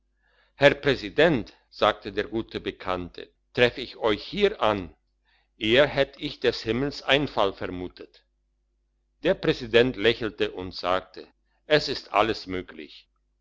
herr präsident sagte der gute bekannte treff ich euch hier an eher hätte ich des himmels einfall vermutet der präsident lächelt und sagte es ist alles möglich